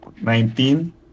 Nineteen